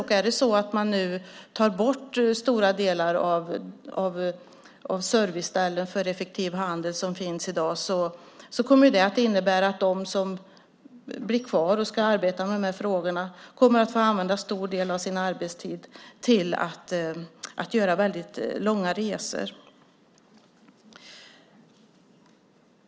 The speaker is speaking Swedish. Om man nu tar bort stora delar av de serviceställen för effektiv handel som finns i dag kommer det att innebära att de som blir kvar och ska arbeta med de här frågorna kommer att få använda en stor del av sin arbetstid till att göra långa resor.